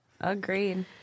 Agreed